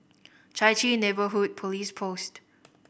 Chai Chee Neighbourhood Police Post